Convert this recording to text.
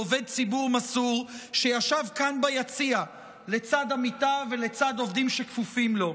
בעובד ציבור מסור שישב כאן ביציע לצד עמיתיו ולצד עובדים שכפופים לו.